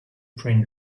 print